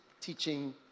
teaching